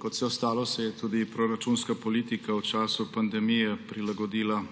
Kot vse ostalo se je tudi proračunska politika v času pandemije prilagodila